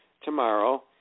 tomorrow